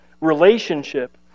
relationship